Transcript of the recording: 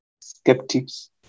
skeptics